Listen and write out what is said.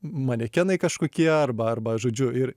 manekenai kažkokie arba arba žodžiu ir